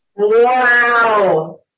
Wow